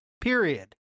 period